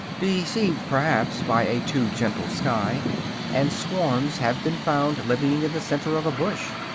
deceived perhaps by a too gentle sky and swarms have been found living in the center of a bush.